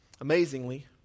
Amazingly